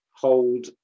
hold